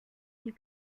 die